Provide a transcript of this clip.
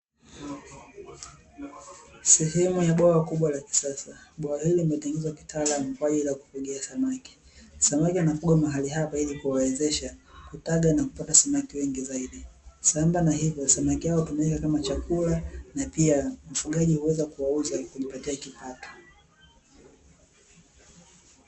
Sehemu ya bwawa kubwa la kisasa bwawa hili limetengenezwa kitaalamu kwaajili ya kutegea samaki. Samaki hanakuwa mahali hapa ili kuwawezesha kutaga nakupata samaki wengi zaidi sambamba na hivyo samaki hao tunawaweka kama chakula na pia mfugaji anaweza kuwauza kujipatia kipato.